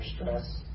stress